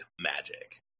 magic